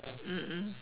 mm mm